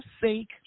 sake